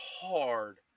hard